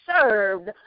served